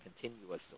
continuously